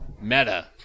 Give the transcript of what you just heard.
Meta